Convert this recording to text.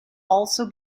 also